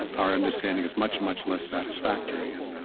our understanding is much, much less satisfactory and,